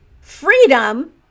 freedom